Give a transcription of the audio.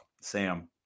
Sam